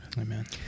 Amen